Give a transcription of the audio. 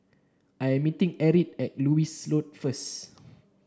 I am meeting Erich at Lewis Road first